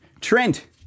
Trent